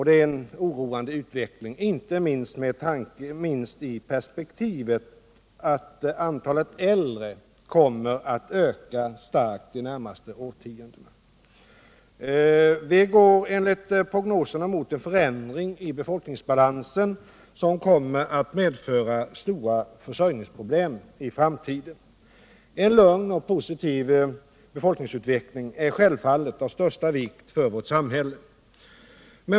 Det är en oroande utveckling, inte minst i perspektivet att antalet äldre kommer att öka starkt under de närmaste årtiondena. Vi går enligt prognoserna mot en förändring i befolkningsbalansen som kommer att medföra stora försörjningsproblem i framtiden. En lugn och positiv befolkningsutveckling är självfallet av största vikt för vårt samhälle.